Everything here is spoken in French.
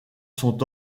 sont